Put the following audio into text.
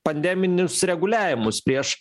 pandeminius reguliavimus prieš